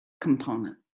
component